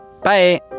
Bye